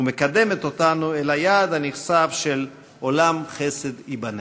המקדמת אותנו אל היעד הנכסף של "עולם חסד ייבנה".